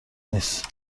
نیست